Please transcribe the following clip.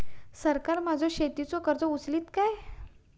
सरकार माझो शेतीचो खर्च उचलीत काय?